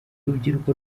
rubyiruko